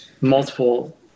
multiple